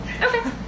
Okay